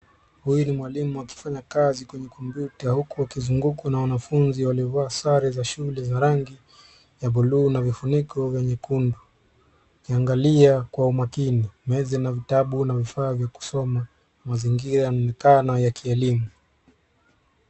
Huyu ni mwalimu akifanya kazi kwenye kompyuta akizungukwa na wanafunzi waliovaa sare za shule za rangi bluu na vifuniko nyekundu wakiangalia kwa makini. Meza ina kitabu na vifaa vya kusoma mazingira yakionekana ya kielimu.